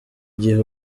gihe